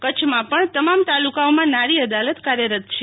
કચ્છમાં પણ તમામ તાલકાઓમાં નારી અદાલત કાર્યરત છે